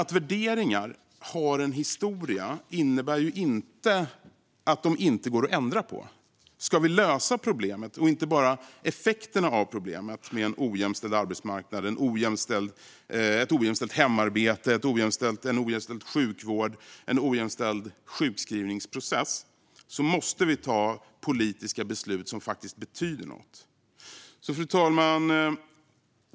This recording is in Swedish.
Att värderingar har en historia innebär inte att de inte går att ändra på. Ska vi lösa problemet och inte bara effekterna av problemet med en ojämställd arbetsmarknad, ett ojämställt hemarbete, en ojämställd sjukvård och en ojämställd sjukskrivningsprocess måste vi ta politiska beslut som faktiskt betyder någonting. Fru talman!